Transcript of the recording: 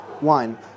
wine